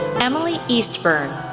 emily eastburn,